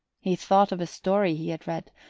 he thought of a story he had read,